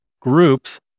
groups